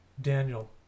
Daniel